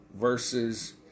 versus